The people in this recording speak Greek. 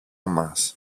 μας